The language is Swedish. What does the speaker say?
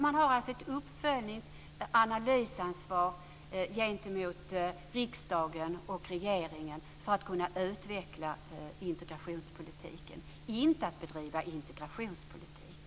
Det har ett uppföljnings och analysansvar gentemot riksdagen och regeringen för att utveckla integrationspolitiken, inte för att bedriva integrationspolitik.